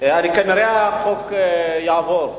כנראה החוק יעבור,